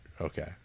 Okay